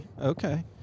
Okay